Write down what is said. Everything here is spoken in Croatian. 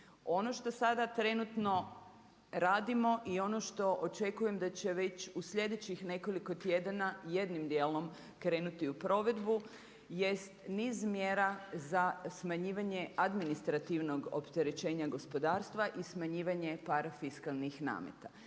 Ono što sada trenutno radimo i ono što očekujem da će već u sljedećih nekoliko tjedana jednim dijelom krenuti u provedu jest niz mjera za smanjivanje administrativnog opterećenja gospodarstva i smanjivanje parafiskalnih nameta.